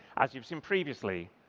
as you've seen previously,